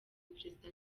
perezida